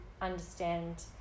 understand